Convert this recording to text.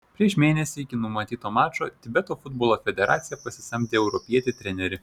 prieš mėnesį iki numatyto mačo tibeto futbolo federacija pasisamdė europietį trenerį